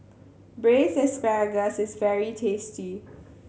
Braised Asparagus is very tasty